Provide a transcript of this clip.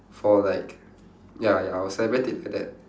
for like ya ya I would celebrate it like that